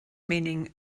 meaning